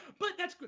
but that's good.